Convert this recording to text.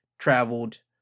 traveled